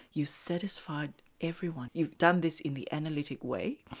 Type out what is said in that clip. you've satisfied everyone, you've done this in the analytic way,